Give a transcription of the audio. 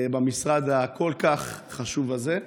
במשרד הכל-כך חשוב הזה.